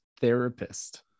therapist